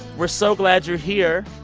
we're so glad you're here.